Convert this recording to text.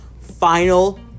final